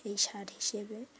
এই সার হিসেবে